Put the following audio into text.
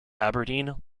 aberdeen